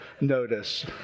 notice